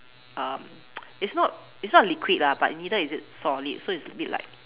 um it's not it's not liquid lah but neither is it solid so it's a bit like